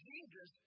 Jesus